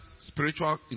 spiritual